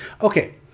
Okay